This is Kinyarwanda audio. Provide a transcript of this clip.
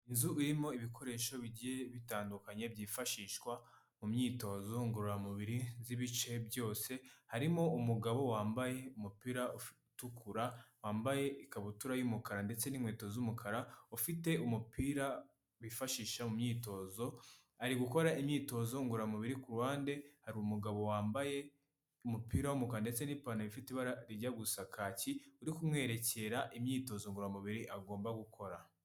Inzu irimo ibikoresho bigiye bitandukanye byifashishwa mu myitozo ngororamubiri z'ibice byose harimo umugabo wambaye umupira utukura wambaye ikabutura y'umukara ndetse n'inkweto z'umukara ufite umupira wifashisha mu myitozo ari gukora imyitozo ngororamubiri kuruhande hari umugabo wambaye umupira w'umukara ndetse n'ipantaro ifite ibara rijya gusa kaki uri kumwerekera imyitozo ngororamubiri agomba gukora.